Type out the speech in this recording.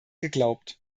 geglaubt